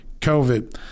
COVID